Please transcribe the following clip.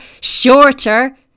shorter